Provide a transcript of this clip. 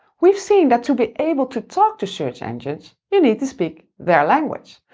we've seen that to be able to talk to search engines, you need to speak their language.